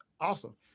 Awesome